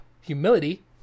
Humility